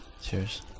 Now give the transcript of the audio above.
Cheers